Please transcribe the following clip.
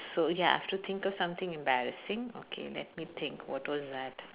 so ya I've to think of something embarrassing okay let me think what was that